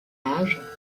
âge